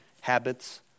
habits